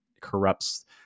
corrupts